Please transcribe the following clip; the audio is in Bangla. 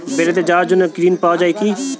বেড়াতে যাওয়ার জন্য ঋণ পাওয়া যায় কি?